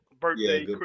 Birthday